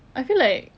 I feel like